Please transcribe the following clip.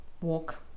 walk